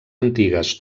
antigues